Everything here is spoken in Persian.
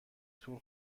طول